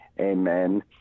amen